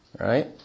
right